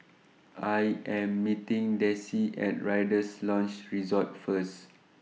I Am meeting Dessie At Rider's Lodge Resort First